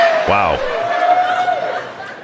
Wow